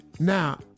Now